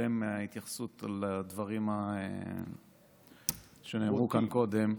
ואתעלם מהתייחסות לדברים שנאמרו כאן קודם.